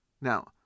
Now